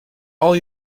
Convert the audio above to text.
all